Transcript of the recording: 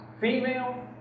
female